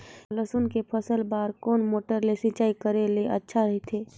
लसुन के फसल बार कोन मोटर ले सिंचाई करे ले अच्छा रथे?